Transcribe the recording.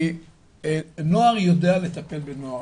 כי נוער יודע לטפל בנוער,